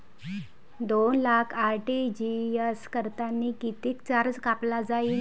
दोन लाख आर.टी.जी.एस करतांनी कितीक चार्ज कापला जाईन?